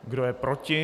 Kdo je proti?